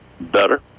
better